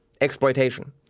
exploitation